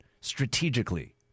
strategically